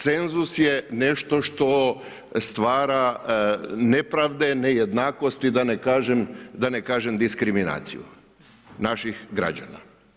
Cenzus je nešto što stvara nepravde, nejednakosti, da ne kažem diskriminaciju naših građana.